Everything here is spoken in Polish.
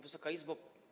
Wysoka Izbo!